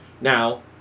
Now